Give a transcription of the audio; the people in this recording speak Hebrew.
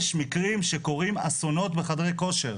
יש מקרים שקורים אסונות בחדרי כושר.